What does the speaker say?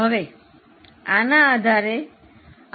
હવે આના આધારે ચાલો માસિક નફોની ગણતરી કરીએ